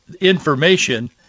information